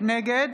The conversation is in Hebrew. נגד